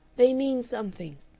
they mean something.